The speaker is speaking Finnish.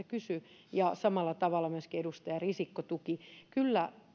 kysyi ja samalla tavalla myöskin edustaja risikko tuki kyllä